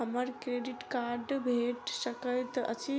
हमरा credit card भेट सकैत अछि?